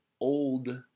old